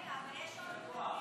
אבל יש עוד מתנגדים.